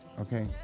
okay